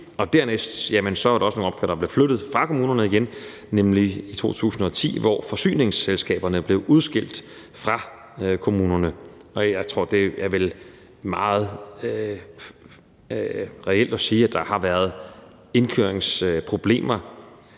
Dernæst var der også nogle opgaver, der blev flyttet fra kommunerne igen, nemlig i 2010, hvor forsyningsselskaberne blev udskilt fra kommunerne. Jeg tror, at det vel er meget reelt at sige, at der har været indkøringsproblemer